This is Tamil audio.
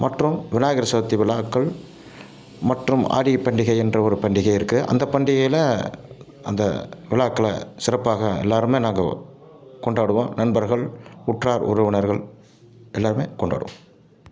மற்றும் விநாயகர் சதுர்த்தி விழாக்கள் மற்றும் ஆடி பண்டிகை என்ற ஒரு பண்டிகையும் இருக்குது அந்த பண்டிகையில் அந்த விழாக்களை சிறப்பாக எல்லாருமம் நாங்க கொண்டாடுவோம் நண்பர்கள் உற்றார் உறவினர்கள் எல்லாரும் கொண்டாடுவோம்